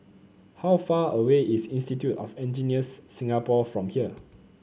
how far away is Institute of Engineers Singapore from here